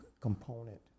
component